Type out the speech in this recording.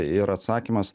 ir atsakymas